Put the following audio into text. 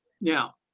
now